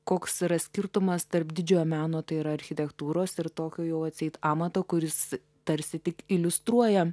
koks yra skirtumas tarp didžiojo meno tai yra architektūros ir tokio jau atseit amato kuris tarsi tik iliustruoja